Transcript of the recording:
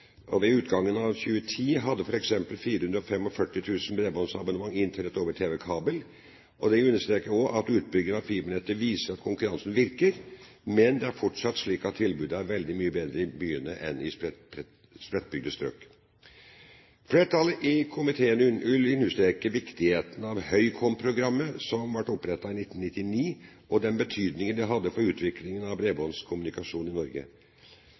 landet. Ved utgangen av 2010 hadde f.eks. 445 000 bredbåndsabonnement Internett over kabel-tv. Det understrekes at utbygginger av fibernettet viser at konkurransen virker, men det er fortsatt slik at tilbudet er veldig mye bedre i byene enn i spredtbygde strøk. Flertallet i komiteen vil understreke viktigheten av Høykom-programmet, som ble opprettet i 1999, og den betydningen det hadde for utviklingen av bredbåndskommunikasjonen i Norge.